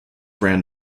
ran